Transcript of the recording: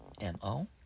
M-O